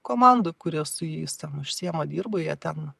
komanda kuri su jais ten užsiima dirba jie ten